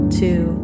two